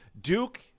Duke